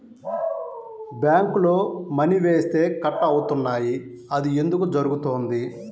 బ్యాంక్లో మని వేస్తే కట్ అవుతున్నాయి అది ఎందుకు జరుగుతోంది?